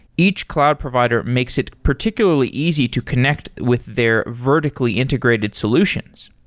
each cloud provider makes it particularly easy to connect with their vertically integrated solutions.